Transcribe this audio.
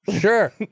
Sure